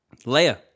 Leia